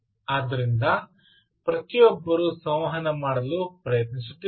ಆದ್ದರಿಂದ ಪ್ರತಿಯೊಬ್ಬರೂ ಸಂವಹನ ಮಾಡಲು ಪ್ರಯತ್ನಿಸುತ್ತಿದ್ದಾರೆ